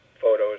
photos